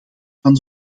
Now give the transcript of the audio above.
van